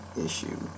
issue